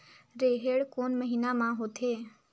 रेहेण कोन महीना म होथे?